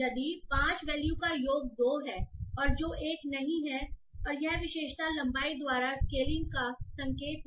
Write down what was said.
यदि 5 वेल्यू का योग 2 है और जो 1 नहीं है और यह विशेषता लंबाई द्वारा स्केलिंग का संकेत है